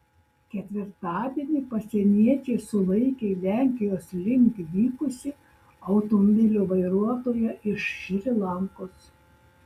ketvirtadienį pasieniečiai sulaikė lenkijos link vykusį automobilio vairuotoją iš šri lankos